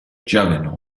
juggernaut